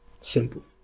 simple